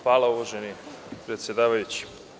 Hvala uvaženi predsedavajući.